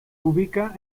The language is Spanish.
ubica